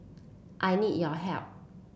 I need your help